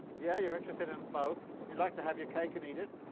yeah, you're interested in both, you'd like to have your cake and eat it.